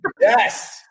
yes